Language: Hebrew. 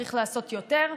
צריך לעשות יותר.